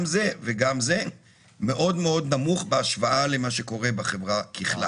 גם זה וגם זה מאוד מאוד נמוך בהשוואה למה שקורה בחברה בכלל.